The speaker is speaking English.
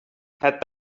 had